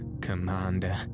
Commander